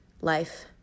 life